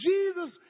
Jesus